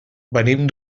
venim